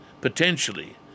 potentially